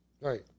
Right